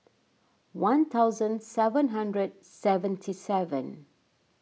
one thousand seven hundred seventy seven